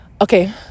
okay